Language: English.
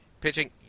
pitching –